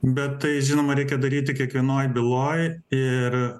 bet tai žinoma reikia daryti kiekvienoj byloj ir